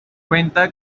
cuenta